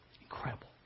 Incredible